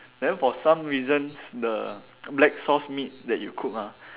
then for some reasons the black sauce meat that you cooked ah